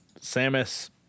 Samus